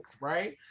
right